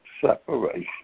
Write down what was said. separation